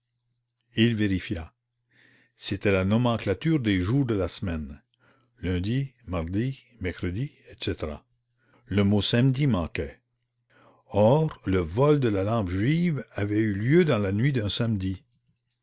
il vérifia c'était la nomenclature des jours de la semaine lundi mardi mercredi etc le mot samedi manquait or le vol de la lampe juive avait eu lieu dans la nuit d'un samedi